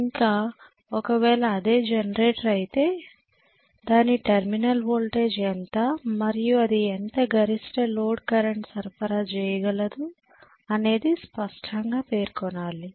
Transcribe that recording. ఇంకా ఒకవేళ అదే జనరేటర్ అయితే దాని టెర్మినల్ వోల్టేజ్ ఎంత మరియు అది ఎంత గరిష్ట లోడ్ కరెంట్ సరఫరా చేయగలదు అనేది స్పష్టంగా పేర్కొనాలి